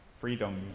Freedom